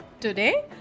Today